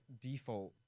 default